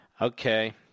Okay